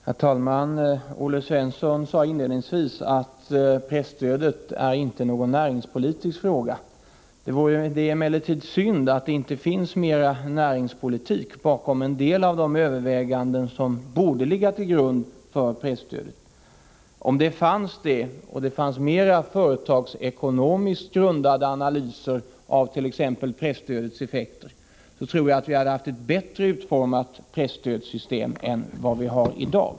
Herr talman! Olle Svensson sade inledningsvis att presstödet inte är någon näringspolitisk fråga. Det är emellertid synd att det inte finns mer näringspolitik bakom en del av de överväganden som borde ligga till grund för presstödet. Om så vore fallet, och om det fanns mera företagsekonomiskt grundade analyser av t.ex. presstödets effekter, tror jag att vi hade haft ett bättre utformat presstödssystem än vad vi har i dag.